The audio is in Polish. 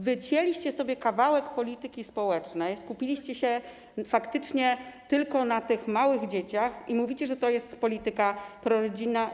Wycięliście sobie kawałek polityki społecznej, skupiliście się faktycznie tylko na tych małych dzieciach i mówicie, że to jest polityka prorodzinna.